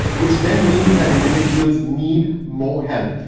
which then means that individuals need more help.